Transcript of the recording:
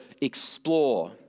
explore